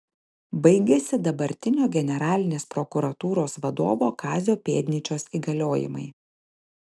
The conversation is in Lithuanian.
baigiasi dabartinio generalinės prokuratūros vadovo kazio pėdnyčios įgaliojimai